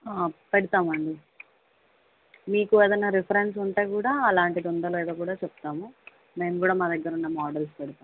పెడతామండి మీకు ఏదన్నా రిఫరెన్స్ ఉంటే కూడా అలాంటిది ఉందో లేదో కూడా చెప్తాము నేను కూడా మా దగ్గర ఉన్న మోడల్స్ పెడతాను